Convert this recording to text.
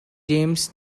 james